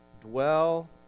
dwell